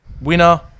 winner